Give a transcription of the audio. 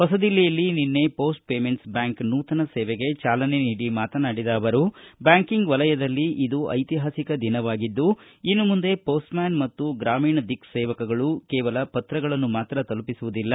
ನವದೆಹಲಿಯಲ್ಲಿ ನಿನ್ನೆ post payment bank IPPB ನೂತನ ಸೇವೆಗೆ ಚಾಲನೆ ನೀಡಿ ಮಾತನಾಡಿದ ಅವರು ಬ್ಯಾಂಕಿಂಗ್ ವಲಯದಲ್ಲಿ ಇದು ಐತಿಹಾಸಿಕ ದಿನವಾಗಿದ್ದು ಇನ್ನು ಮುಂದೆ ಹೋಸ್ಟ್ಮ್ಯಾನ್ ಮತ್ತು ಗ್ರಾಮೀಣದಿಕ್ ಸೇವಕ್ಗಳು ಕೇವಲ ಪತ್ರಗಳನ್ನು ಮಾತ್ರ ತಲುಪಿಸುವುದಿಲ್ಲ